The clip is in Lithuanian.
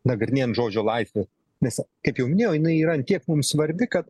nagrinėjant žodžio laisvę nes kaip jau minėjau jinai yra ant tiek mums svarbi kad